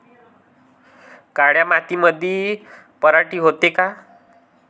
काळ्या मातीमंदी पराटी होते का?